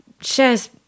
Shares